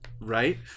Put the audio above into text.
Right